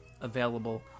available